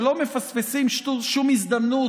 שלא מפספסים שום הזדמנות,